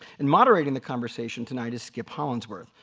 and moderating the conversation tonight is skip hollandsworth,